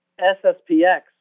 SSPX